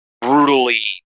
brutally